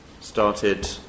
started